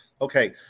Okay